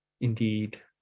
indeed